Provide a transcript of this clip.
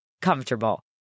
comfortable